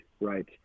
right